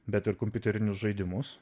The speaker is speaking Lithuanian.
bet ir kompiuterinius žaidimus